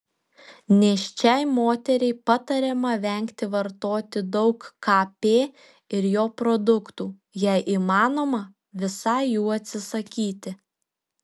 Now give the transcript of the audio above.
nėščiai moteriai patariama vengti vartoti daug kp ir jo produktų jei įmanoma visai jų atsisakyti